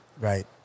Right